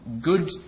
good